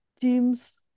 teams